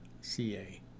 CA